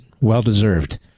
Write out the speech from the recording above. Well-deserved